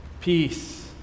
peace